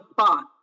spot